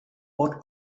what